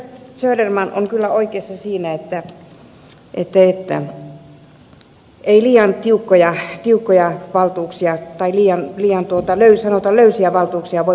söderman on kyllä oikeassa siinä että ei liian löysiä valtuuksia tai liian hiljaa tuota onnellisena voi poliisille antaa